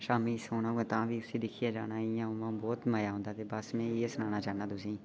शामी सोना होवे तां बी उसी दिक्खिये जाना इयां उमां बहुत मजा आंदा ते बस में इयै सनाना चाहन्ना तुसेंगी